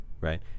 right